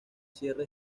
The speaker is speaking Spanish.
cierre